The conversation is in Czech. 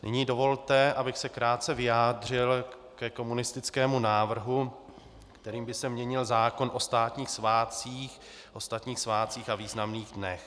Nyní dovolte, abych se krátce vyjádřil ke komunistickému návrhu, kterým by se měnil zákon o státních svátcích, ostatních svátcích a významných dnech.